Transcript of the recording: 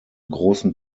großen